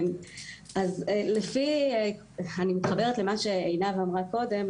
אני מתחברת למה שעינב אמרה קודם.